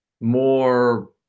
more